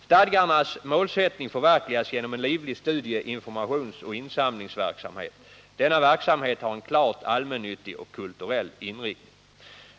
Stadgarnas målsättning förverkligas genom en livlig studie-, informationsoch insamlingsverksamhet. Denna verksamhet har en klart allmännyttig och kulturell inriktning.